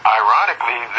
ironically